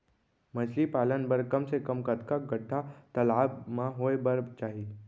मछली पालन बर कम से कम कतका गड्डा तालाब म होये बर चाही?